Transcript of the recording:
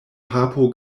papo